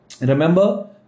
Remember